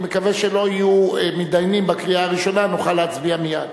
אני מקווה שלא יהיו מתדיינים בקריאה הראשונה ונוכל להצביע מייד.